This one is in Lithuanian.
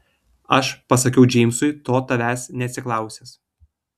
aš pasakiau džeimsui to tavęs neatsiklausęs